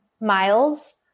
miles